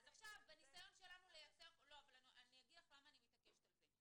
אני אגיד לך למה אני מתעקשת על זה,